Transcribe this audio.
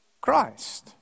Christ